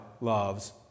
loves